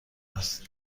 است